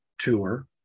tour